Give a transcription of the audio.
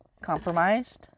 compromised